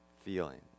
feeling